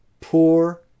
poor